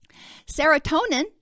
Serotonin